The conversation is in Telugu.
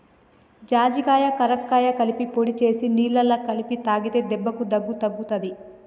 జాజికాయ కరక్కాయ కలిపి పొడి చేసి నీళ్లల్ల కలిపి తాగితే దెబ్బకు దగ్గు తగ్గుతది